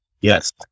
Yes